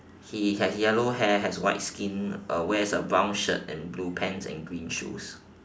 he has yellow hair has white skin uh wears a brown shirt and blue pants and green shoes